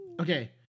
Okay